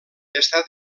està